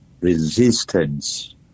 resistance